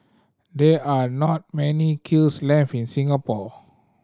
there are not many kills left in Singapore